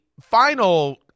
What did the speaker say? final